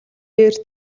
бээр